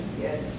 Yes